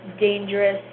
dangerous